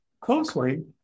closely